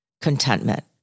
contentment